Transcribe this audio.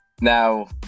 Now